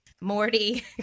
Morty